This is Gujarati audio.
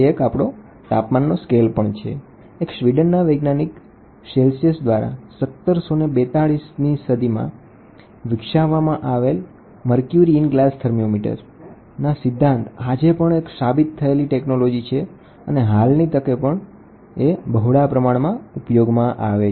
એક સ્વીડનના વૈજ્ઞાનિક સેલ્સીયસ દ્વારા 1742માં વિકસાવવામાં આવેલ મરક્યુરી ઈન ગ્લાસ થર્મોમીટરના સિદ્ધાંત ને આજે પણ એક સાબિત થયેલી ટેકનોલોજી ઉપયોગમાં છે